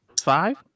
Five